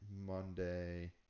Monday